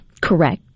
correct